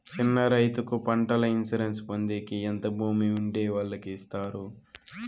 చిన్న రైతుకు పంటల ఇన్సూరెన్సు పొందేకి ఎంత భూమి ఉండే వాళ్ళకి ఇస్తారు?